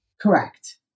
Correct